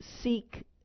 seek